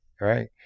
right